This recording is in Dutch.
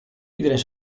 iedereen